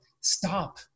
stop